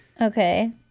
okay